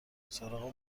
سراغ